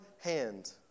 hand